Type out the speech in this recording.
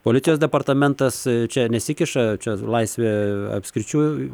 policijos departamentas čia nesikiša čia laisvė apskričių